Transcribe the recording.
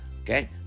okay